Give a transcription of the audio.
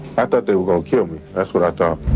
i thought they were gonna kill me. that's what i thought.